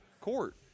court